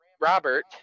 Robert